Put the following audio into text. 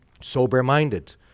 sober-minded